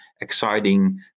exciting